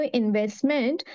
investment